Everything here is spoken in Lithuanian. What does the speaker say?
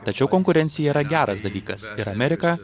tačiau konkurencija yra geras dalykas ir amerika